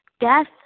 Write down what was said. death